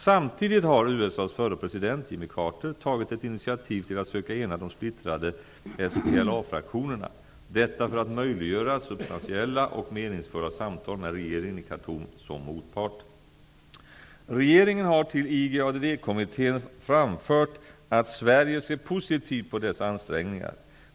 Samtidigt har USA:s förre president, Jimmy Carter, tagit ett initiativ till att söka ena de splittrade SPLA-fraktionerna, detta för att möjliggöra substantiella och meningsfulla samtal med regeringen i Khartoum som motpart. Regeringen har till IGADD-kommittén framfört att Sverige ser positivt på dess ansträngningar.